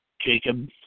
Jacob